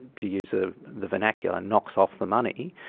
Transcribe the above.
to use ah the vernacular, knocks off the money,